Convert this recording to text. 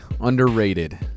Underrated